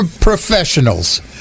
professionals